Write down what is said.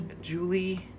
Julie